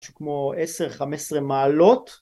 משהו כמו 10-15 מעלות